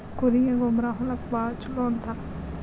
ಕುರಿಯ ಗೊಬ್ಬರಾ ಹೊಲಕ್ಕ ಭಾಳ ಚುಲೊ ಅಂತಾರ